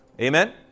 Amen